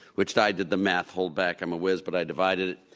which i did the math, hold back, i'm a wiz, but i divided it.